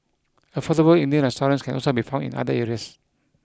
affordable Indian restaurants can also be found in other areas